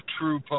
true